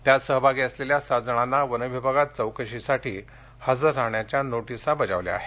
त्यात सहभागी असलेल्या पैकी सात जणांना वनविभागात चौकशीसाठी हजर राहण्याच्या नोटिसा बजावल्या आहेत